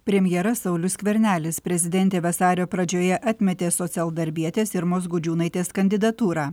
premjeras saulius skvernelis prezidentė vasario pradžioje atmetė socialdarbietės irmos gudžiūnaitės kandidatūrą